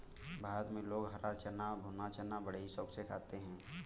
भारत में लोग हरा चना और भुना चना बड़े ही शौक से खाते हैं